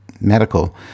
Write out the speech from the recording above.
medical